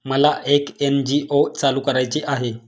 मला एक एन.जी.ओ चालू करायची आहे